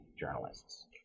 journalists